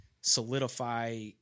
solidify